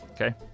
Okay